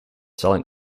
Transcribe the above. selling